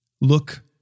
Look